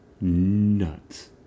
Nuts